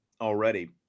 already